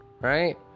Right